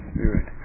Spirit